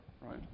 right